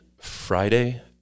Friday